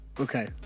Okay